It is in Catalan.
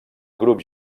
grup